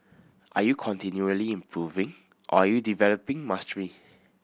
are you continually improving are you developing mastery